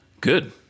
Good